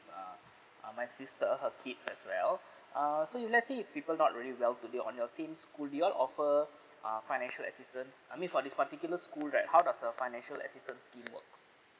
uh uh my sister her kids as well uh so if let's say if people got really well today on your same school do you all offer ah financial assistance I mean for this particular school right does the financial assistance scheme works